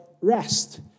rest